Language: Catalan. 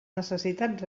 necessitats